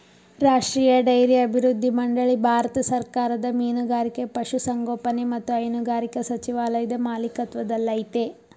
ರಾಷ್ಟ್ರೀಯ ಡೈರಿ ಅಭಿವೃದ್ಧಿ ಮಂಡಳಿ ಭಾರತ ಸರ್ಕಾರದ ಮೀನುಗಾರಿಕೆ ಪಶುಸಂಗೋಪನೆ ಮತ್ತು ಹೈನುಗಾರಿಕೆ ಸಚಿವಾಲಯದ ಮಾಲಿಕತ್ವದಲ್ಲಯ್ತೆ